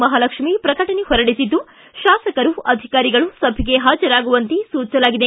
ಮಹಾಲಕ್ಷ್ಮೀ ಶ್ರಕಟಣೆ ಹೊರಡಿಸಿದ್ದು ಶಾಸಕರು ಅಧಿಕಾರಿಗಳು ಸಭೆಗೆ ಹಾಜರಾಗುವಂತೆ ಸೂಚಿಸಲಾಗಿದೆ